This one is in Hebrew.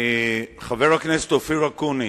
חבר הכנסת אופיר אקוניס,